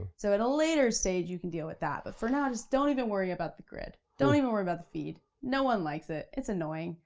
so at a later stage you can deal with that, but for now, just don't even worry about the grid. don't even worry about the feed. no one likes it. it's annoying,